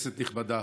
כנסת נכבדה,